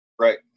Right